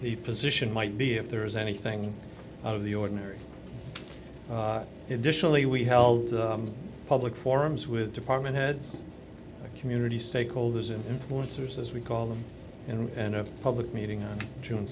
the position might be if there is anything out of the ordinary initially we held public forums with department heads community stakeholders and influencers as we call them and of public meeting on june